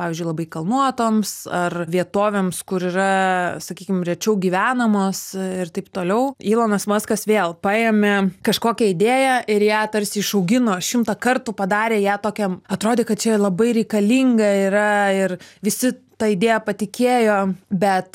pavyzdžiui labai kalnuotoms ar vietovėms kur yra sakykim rečiau gyvenamos ir taip toliau ilonas maskas vėl paėmė kažkokią idėją ir ją tarsi išaugino šimtą kartų padarė ją tokia atrodė kad čia labai reikalinga yra ir visi ta idėja patikėjo bet